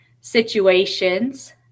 situations